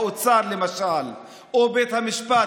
האוצר למשל או בית המשפט,